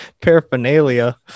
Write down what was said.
paraphernalia